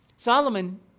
Solomon